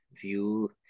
view